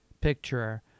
picture